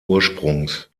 ursprungs